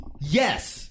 yes